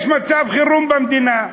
יש מצב חירום במדינה: